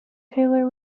taylor